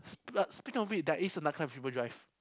sp~ uh speaking of it there is another kind of triple drive